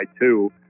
two